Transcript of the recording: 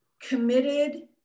committed